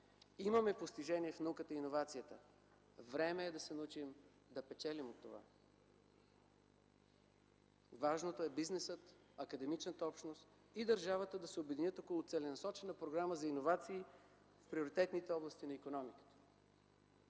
Имаме постижения в науката и иновациите, време е да се научим да печелим от това. Важното е бизнесът, академичната общност и държавата да се обединят около целенасочена програма за иновации в приоритетните области на икономиката.